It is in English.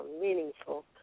meaningful